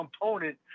component